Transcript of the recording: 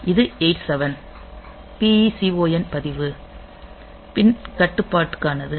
இது 87 PECON பதிவு மின் கட்டுப்பாட்டுக்கானது